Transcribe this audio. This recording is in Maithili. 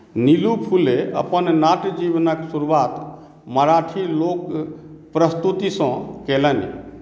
नीलू फुले अपन नाट्य जीवनक शुरुआत मराठी लोक प्रस्तुतिसँ केलनि